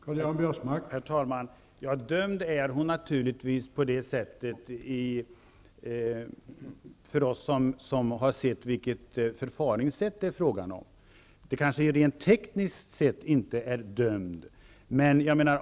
Herr talman! Dömd är hon naturligtvis för oss som har sett förfaringssättet, även om hon rent tekniskt inte är dömd.